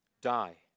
Die